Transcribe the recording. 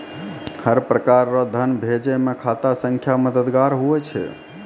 हर प्रकार रो धन भेजै मे खाता संख्या मददगार हुवै छै